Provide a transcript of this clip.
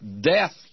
death